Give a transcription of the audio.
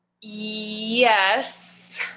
Yes